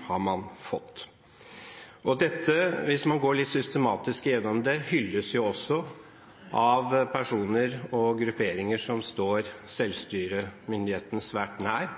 har man fått. Hvis man går litt systematisk igjennom det, hylles det også av personer og grupperinger som står selvstyremyndighetene svært nær,